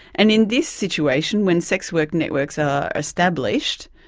and in this situation when sex working networks are established,